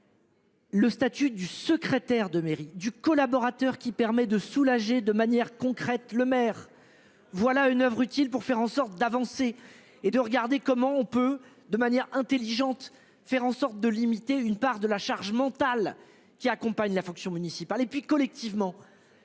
Le statut du secrétaire de mairie du collaborateur qui permet de soulager de manière concrète le maire. Voilà une oeuvre utile pour faire en sorte d'avancer et de regarder comment on peut de manière intelligente, faire en sorte de limiter une part de la charge mentale qui accompagne la fonction municipale et puis collectivement.